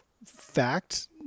Fact